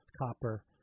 copper